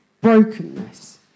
brokenness